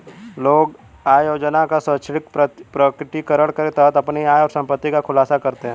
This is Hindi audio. लोग आय योजना का स्वैच्छिक प्रकटीकरण के तहत अपनी आय और संपत्ति का खुलासा करते है